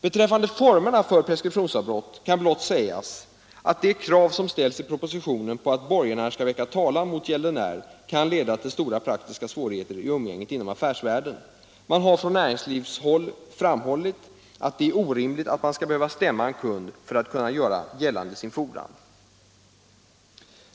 Beträffande formerna för preskriptionsavbrott skall blott sägas, att det krav som ställs i propositionen på att borgenär skall väcka talan mot gäldenären kan leda till stora praktiska svårigheter i umgänget inom affärsvärlden. Man har från näringslivshåll framhållit att det är orimligt att man skall behöva stämma en kund för att kunna göra gällande sin fordran.